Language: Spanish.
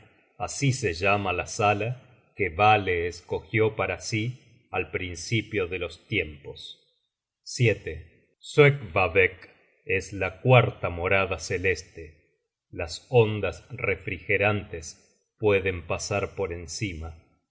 así se llama la sala que vale escogió para si al principio de los tiempos content from google book search generated at soecqvabaeck es la cuarta morada celeste las ondas refrigerantes pueden pasar por encima